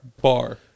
Bar